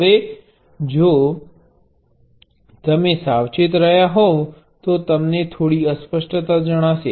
હવે જો તમે સાવચેત રહ્યા હોવ તો તમને થોડી અસ્પષ્ટતા જણાશે